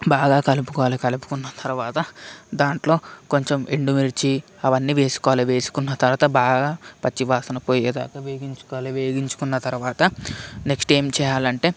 బాగా కలుపుకోవాలి కలుపుకున్న తర్వాత దాంట్లో కొంచం ఎండుమిర్చి అవన్నీ వేసుకోవాలి వేసుకున్న తర్వాత బాగా పచ్చి వాసన పోయేదాకా వేయించుకోవాలి వేయించుకున్న తరువాత నెక్స్ట్ ఏం చేయాలంటే